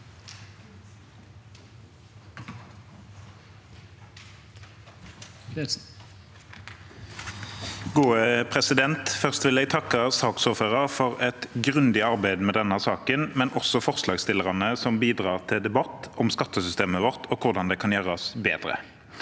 (A) Først vil jeg takke saksordføreren for et grundig arbeid med denne saken, men også forslagsstillerne, som bidrar til debatt om skattesystemet vårt, og hvordan det kan gjøres bedre.